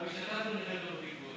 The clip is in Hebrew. השתתפתי במלחמת יום כיפור.